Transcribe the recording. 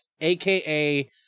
aka